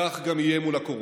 כך גם יהיה מול הקורונה.